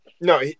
No